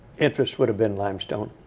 interest would have been limestone.